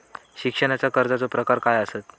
शिक्षणाच्या कर्जाचो प्रकार काय आसत?